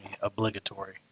obligatory